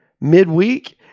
midweek